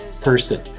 person